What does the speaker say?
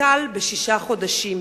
בשישה חודשים: